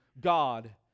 God